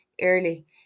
early